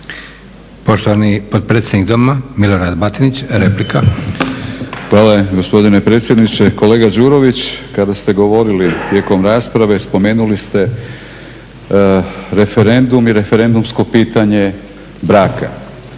Poštovani potpredsjednik Doma, Milorad Batinić, replika. **Batinić, Milorad (HNS)** Hvala gospodine predsjedniče. Kolega Đurović kada ste govorili tijekom rasprave spomenuli ste referendum i referendumsko pitanje braka.